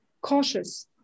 cautious